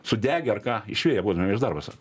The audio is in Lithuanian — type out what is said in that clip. sudegę ar ką išėję būtumėm iš darbo sako